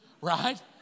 right